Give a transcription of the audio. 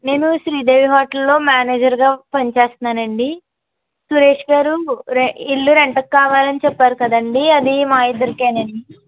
నేను శ్రీ దేవీ హోటల్లో మేనేజర్గా పనిచేస్తున్నాను అండి సురేష్ గారు ఇల్లు రెంట్కి కావాలని చెప్పారు కదండి అది మా ఇద్దరికి అండి